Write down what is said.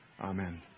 amen